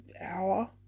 hour